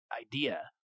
idea